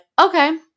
okay